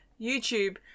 YouTube